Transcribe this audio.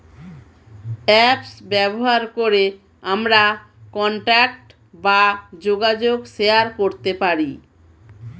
apps ব্যবহার করে আমরা কন্টাক্ট বা যোগাযোগ শেয়ার করতে পারি